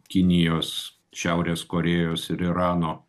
kinijos šiaurės korėjos ir irano